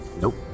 Nope